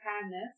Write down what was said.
kindness